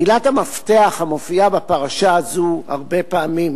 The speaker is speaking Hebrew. מילת המפתח המופיעה בפרשה הזאת הרבה פעמים